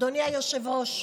אדוני היושב-ראש,